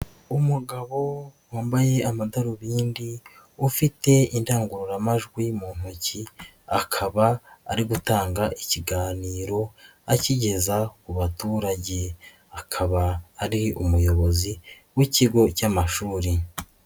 Umugabo wambaye amadarubindi, ufite indangururamajwi mu ntoki, akaba ari gutanga ikiganiro, akigeza ku baturage. Akaba ari umuyobozi w'ikigo cy'amashuri.